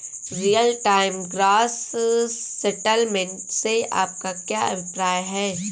Real time gross settlement से आपका क्या अभिप्राय है?